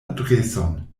adreson